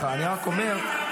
הופה.